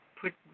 put